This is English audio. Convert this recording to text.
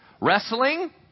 Wrestling